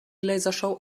lasershow